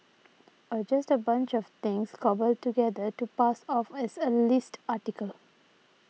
or just a bunch of things cobbled together to pass off as a list article